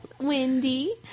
Wendy